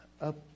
up